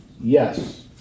Yes